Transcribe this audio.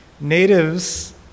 Natives